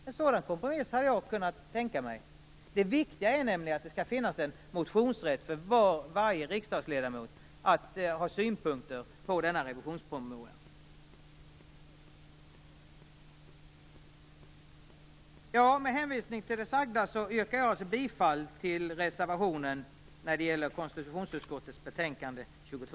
En sådan kompromiss hade jag kunnat tänka mig. Det viktiga är nämligen att det skall finnas en motionsrätt så att varje riksdagsledamot kan ha synpunkter på denna revisionspromemoria. Med hänvisning till det jag har sagt yrkar jag bifall till reservationen till konstitutionsutskottets betänkande 22.